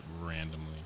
randomly